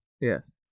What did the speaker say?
Yes